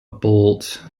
bolt